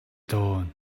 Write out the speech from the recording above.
tawn